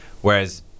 whereas